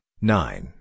nine